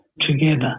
together